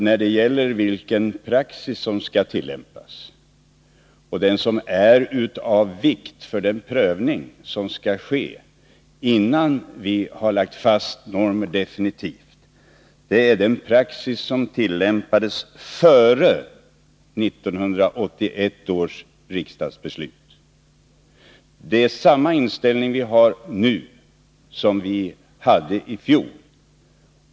När det gäller vilken praxis som skall tillämpas slår vi fast att vad som är av vikt för den prövning som skall ske innan vi definitivt har lagt fast normen, är den praxis som tillämpades före 1981 års riksdagsbeslut. Denna inställning överensstämmer med den som vi hade i fjol.